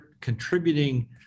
contributing